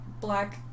black